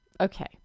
Okay